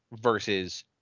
versus